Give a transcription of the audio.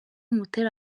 mutera